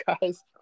guys